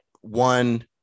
one